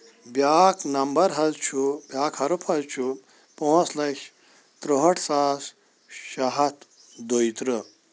بیاکھ نمبر حظ چھُ بیاکھ حرُف حظ چھُ پانٛژھ لَچھ ترُہٲٹھ ساس شیٚے ہَتھ دۄیہِ ترٕٛہ